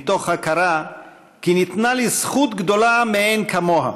מתוך הכרה שניתנה לי זכות גדולה מאין כמוה,